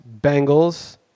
Bengals